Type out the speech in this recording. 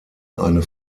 eine